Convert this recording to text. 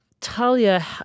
Talia